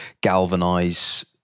galvanize